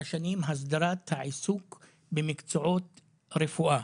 שנים בעניין הסדרת העיסוק במקצועות הרפואה: